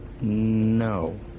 No